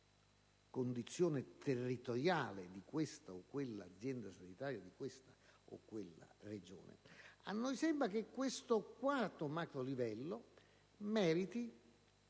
a noi sembra che questo quarto macrolivello meriti